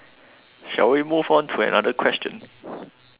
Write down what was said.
shall we move to another question